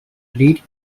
lead